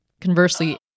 conversely